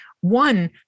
One